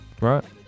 Right